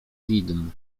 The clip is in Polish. widm